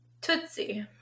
Tootsie